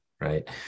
right